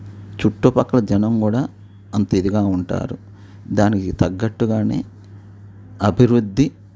చుట్టుపక్కల జనం కూడా అంతిదిగా ఉంటారు దానికి తగ్గట్టుగానే అభివృద్ధి